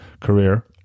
career